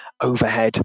overhead